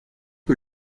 que